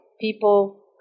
people